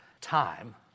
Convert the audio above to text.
time